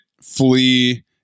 flee